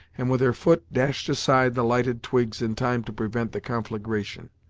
and with her foot dashed aside the lighted twigs in time to prevent the conflagration.